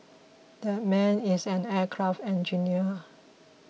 that man is an aircraft engineer